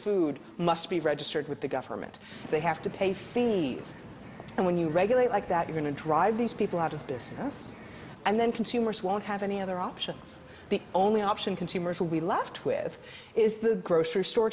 food must be registered with the government they have to pay fees and when you regulate like that are going to drive these people out of business and then consumers won't have any other options the only option consumers will be left with is the grocery store